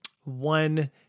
one